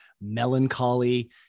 melancholy